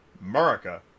America